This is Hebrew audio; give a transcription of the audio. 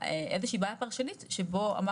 על איזו שהיא בעיה פרשנית למקרה שבו אמר